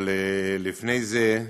אבל לפני זה,